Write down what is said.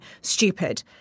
stupid